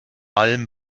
allem